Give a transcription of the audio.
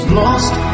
lost